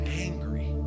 angry